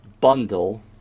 bundle